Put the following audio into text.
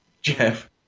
Jeff